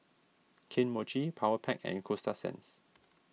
Kane Mochi Powerpac and Coasta Sands